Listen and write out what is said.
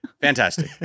fantastic